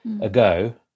ago